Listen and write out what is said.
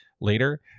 later